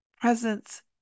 presence